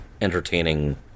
entertaining